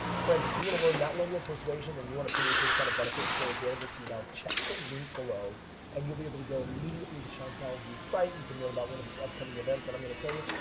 friends, if you want to learn that level of persuasion and you want to produce those kind of benefits they're available to you now, check the link below and you'll be able to go immediately to sean callagy site. you can learn about many of these upcoming events and i'm going to tell you,